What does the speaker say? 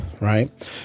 Right